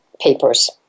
papers